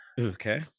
Okay